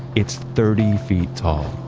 it's thirty feet tall.